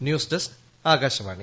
news desk Akashvani